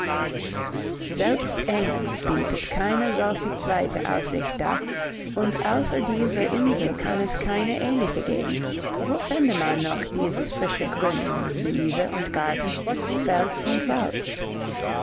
selbst england bietet keine solche zweite aussicht dar und außer dieser insel kann es keine ähnliche geben wo fände man noch dieses frische grün in wiese und garten feld und wald